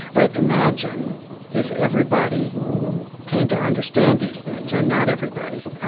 but imagine if everybody came to understand these things. or, not everybody.